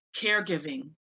caregiving